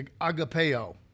agapeo